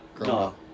No